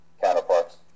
counterparts